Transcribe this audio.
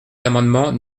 l’amendement